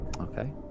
Okay